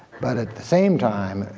but at the same time,